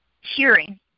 hearing